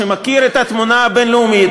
שמכיר את התמונה הבין-לאומית,